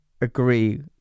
agree